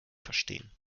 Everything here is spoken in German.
verstehen